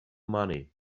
money